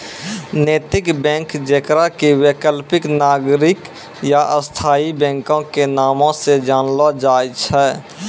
नैतिक बैंक जेकरा कि वैकल्पिक, नागरिक या स्थायी बैंको के नामो से जानलो जाय छै